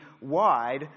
wide